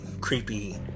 creepy